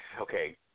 okay